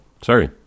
sorry